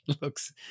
looks